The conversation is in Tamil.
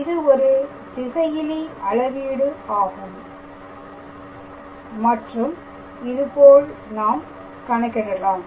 இது ஒரு திசையிலி அளவீடு ஆகும் மற்றும் இதுபோல் நாம் கணக்கிடலாம்